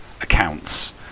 accounts